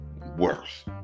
worse